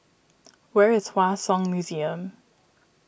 where is Hua Song Museum